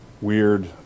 weird